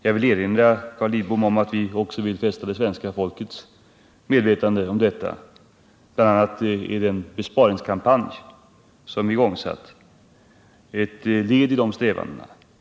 Jag vill erinra Carl Lidbom om att vi också sökt öka det svenska folkets medvetenhet om situationen. Bl. a. är den besparingskampanj som vi satt i gång ett led i de strävandena.